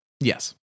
Yes